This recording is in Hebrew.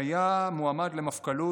שהיה מועמד למפכ"לות: